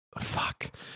fuck